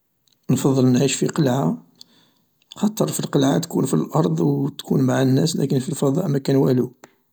.نفضل نعيش في قلعة خاطر في القلعة تكون في الارض و تكون مع الناس لكن في الفضاء مكان .والو